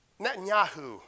Netanyahu